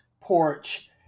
porch